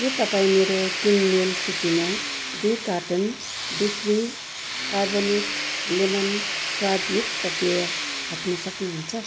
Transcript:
के तपाईँ मेरो किनमेल सूचीमा दुई कार्टन बिफ्री कार्बोनेट लेमन स्वादयुक्त पेय थप्न सक्नुहुन्छ